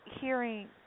hearing